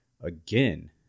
again